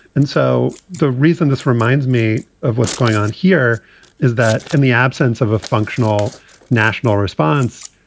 and so the reason this reminds me of what's going on here is that in the absence of a functional national response,